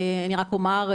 אני רק אומר,